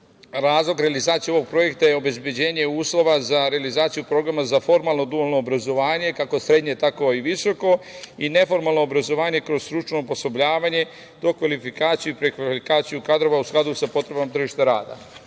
razlog realizacije ovog projekta je obezbeđenje uslova za realizaciju Programa za formalno dualno obrazovanje, kako srednje, tako i visoko, i neformalno obrazovanje kroz stručno osposobljavanje, dokvalifikaciju i prekvalifikaciju kadrova u skladu sa potrebom tržišta rada.O